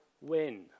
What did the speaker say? win